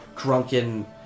drunken